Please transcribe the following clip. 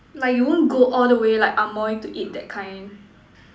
like you won't go all the way like Ah-Moy to eat that kind